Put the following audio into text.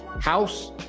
house